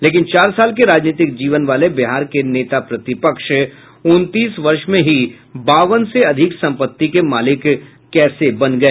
लेकिन चार साल के राजनीतिक जीवन वाले बिहार के नेता प्रतिपक्ष उनतीस वर्ष में ही बावन से अधिक सम्पत्ति के मालिक कैसे बन गए